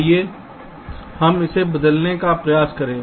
आइए हम इसे बदलने का प्रयास करें